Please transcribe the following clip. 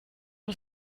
was